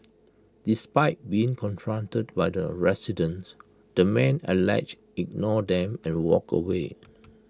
despite being confronted by the residents the man allegedly ignored them and walked away